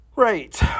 Right